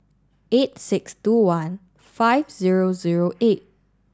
eight six two one five zero zero eight